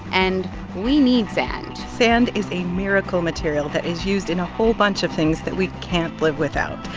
and we need sand sand is a miracle material that is used in a whole bunch of things that we can't live without.